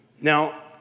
Now